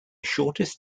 shortest